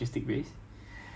ya